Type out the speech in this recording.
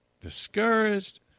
discouraged